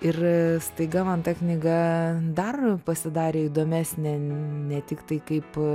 ir staiga man ta knyga dar pasidarė įdomesnė ne tiktai kaip